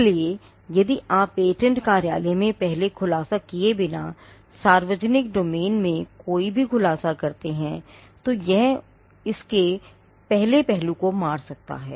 इसलिए यदि आप पेटेंट कार्यालय में पहले खुलासा किए बिना सार्वजनिक डोमेन में कोई भी खुलासा करते हैं तो यह इसके पहले पहलू को मार सकता है